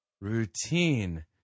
routine